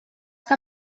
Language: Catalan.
que